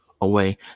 away